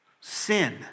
sin